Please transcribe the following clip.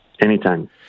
Anytime